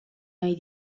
nahi